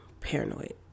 paranoid